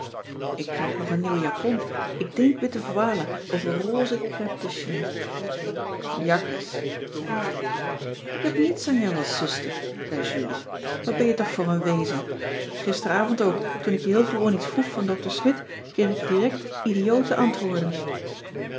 ik krijg nog een nieuwe japon ik denk witte voile over rose crêpe de chine jakkes zei ik ik heb niets aan jou als zuster zei julie wat ben jij toch voor een wezen gisteravond ook toen ik je heel gewoon iets vroeg van dr smidt kreeg ik direct idiote antwoorden